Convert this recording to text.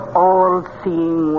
all-seeing